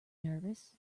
nervous